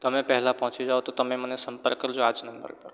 તમે પહેલાં પહોંચી જાઓ તો તમને મને સંપર્ક કરજો આ જ નંબર પર